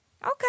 Okay